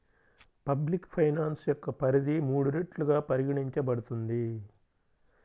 public finance యొక్క పరిధి మూడు రెట్లుగా పరిగణించబడుతుంది